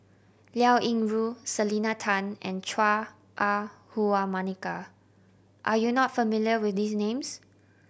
Liao Yingru Selena Tan and Chua Ah Huwa Monica are you not familiar with these names